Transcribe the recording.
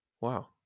Wow